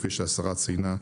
כפי שהשרה ציינה,